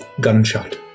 gunshot